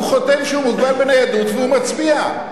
הוא חותם שהוא מוגבל בניידות והוא מצביע.